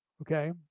okay